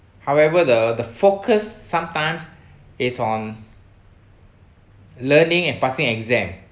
however the the focus sometimes is on learning and passing exam